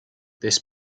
this